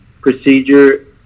procedure